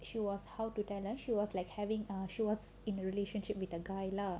she was how to tell ah like she was like having ah she was in a relationship with a guy lah